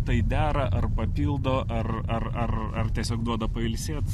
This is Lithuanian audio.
tai dera ar papildo ar ar ar ar tiesiog duoda pailsėt